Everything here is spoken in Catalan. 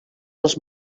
els